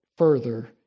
further